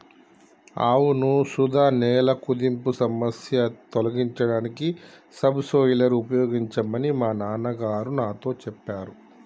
అవును సుధ నేల కుదింపు సమస్య తొలగించడానికి సబ్ సోయిలర్ ఉపయోగించమని మా నాన్న గారు నాతో సెప్పారు